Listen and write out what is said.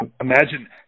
imagine